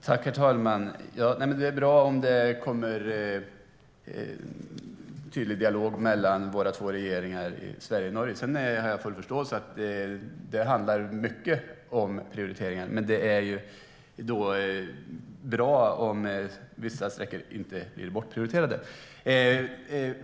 Herr talman! Det är bra om det blir en tydlig dialog mellan den svenska och den norska regeringen. Sedan har jag full förståelse för att det i mycket handlar om prioriteringar. Men det vore bra om vissa sträckor inte blir bortprioriterade.